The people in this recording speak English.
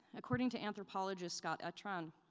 according to anthropologist scott atran,